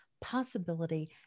Possibility